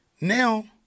now